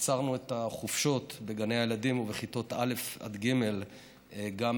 קיצרנו את החופשות בגני הילדים ובכיתות א' עד ג' בפסח,